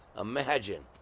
Imagine